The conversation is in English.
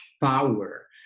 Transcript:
power